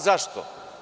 Zašto?